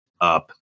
up